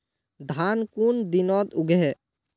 धान कुन दिनोत उगैहे